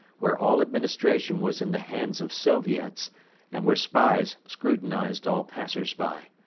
where all administration was in the hands of soviets and where spies scrutinized all passers-by.